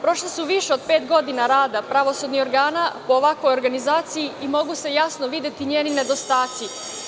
Prošlo je više od pet godina rada pravosudnih organa po ovakvoj organizaciji i mnogo se jasno vide ti njeni nedostaci.